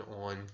on